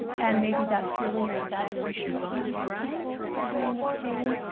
and maybe that's really an exaggeration of the number of people struggling with pain.